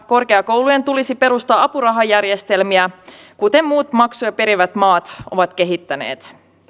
korkeakoulujen tulisi perustaa apurahajärjestelmiä kuten muut maksuja perivät maat ovat kehittäneet